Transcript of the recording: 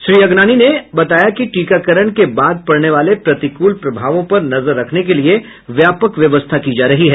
श्री अगनानी ने बताया कि टीकाकरण के बाद पड़ने वाले प्रतिकूल प्रभावों पर नजर रखने के लिये व्यापक व्यवस्था की जा रही है